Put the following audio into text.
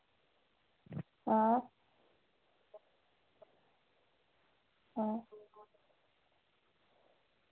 हां हां